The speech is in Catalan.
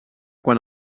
quan